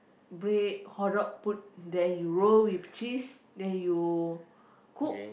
bread hotdog put then you roll with cheese then you cook